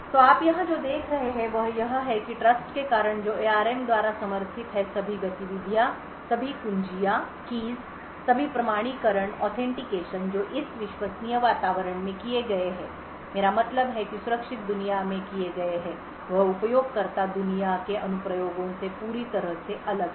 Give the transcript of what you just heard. तो आप यहाँ जो देख रहे हैं वह यह है कि ट्रस्ट के कारण जो एआरएम द्वारा समर्थित है सभी गतिविधियाँ सभी कुंजियाँ सभी प्रमाणीकरण जो इस विश्वसनीय वातावरण में किए गए हैं मेरा मतलब है कि सुरक्षित दुनिया में किए गए हैं वह उपयोगकर्ता दुनिया के अनुप्रयोगों से पूरी तरह से अलग है